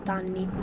anni